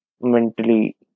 mentally